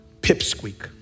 pipsqueak